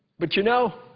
but you know,